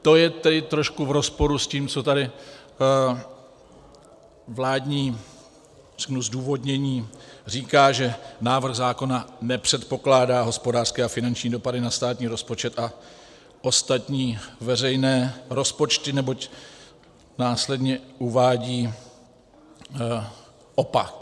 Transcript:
To je tedy trošku v rozporu s tím, co tady vládní zdůvodnění říká, že návrh zákona nepředpokládá hospodářské a finanční dopady na státní rozpočet a ostatní veřejné rozpočty, neboť následně uvádí opak.